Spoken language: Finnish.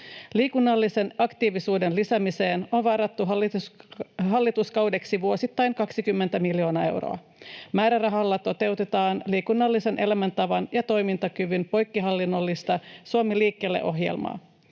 Liikunnallisen aktiivisuuden lisäämiseen on varattu hallituskaudeksi vuosittain 20 miljoonaa euroa. Määrärahalla toteutetaan liikunnallisen elämäntavan ja toimintakyvyn poikkihallinnollista Suomi liikkeelle -ohjelmaa.